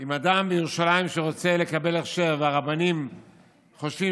אם אדם בירושלים שרוצה לקבל הכשר והרבנים חושבים